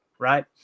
Right